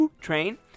train